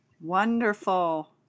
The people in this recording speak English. Wonderful